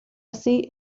así